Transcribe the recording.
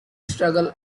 struggle